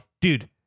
dude